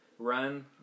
Run